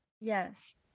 Yes